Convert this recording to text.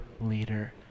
leader